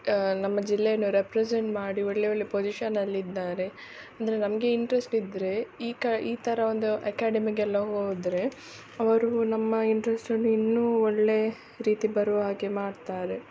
ನಮ್ಮ ಜಿಲ್ಲೆಯನ್ನು ರೆಪ್ರೆಸೆಂಟ್ ಮಾಡಿ ಒಳ್ಳೆ ಒಳ್ಳೆ ಪೊಸಿಷನಲ್ಲಿದ್ದಾರೆ ಅಂದರೆ ನಮಗೆ ಇಂಟ್ರೆಸ್ಟ್ ಇದ್ದರೆ ಈ ಕ ಈ ಥರ ಒಂದು ಎಕ್ಯಾಡೆಮಿಗೆಲ್ಲ ಹೋದರೆ ಅವರೂ ನಮ್ಮ ಇಂಟ್ರೆಸ್ಟನ್ನು ಇನ್ನೂ ಒಳ್ಳೆ ರೀತಿ ಬರುವ ಹಾಗೆ ಮಾಡ್ತಾರೆ